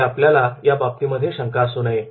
तरी आपल्याला या बाबतीमध्ये शंका असू नये